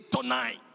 tonight